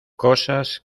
cosas